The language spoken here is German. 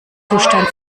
zustand